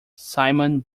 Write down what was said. simon